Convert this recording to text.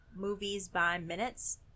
#MoviesByMinutes